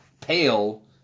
pale